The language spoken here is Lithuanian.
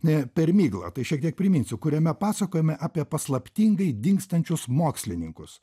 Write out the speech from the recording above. per miglą tai šiek tiek priminsiu kuriame pasakojame apie paslaptingai dingstančius mokslininkus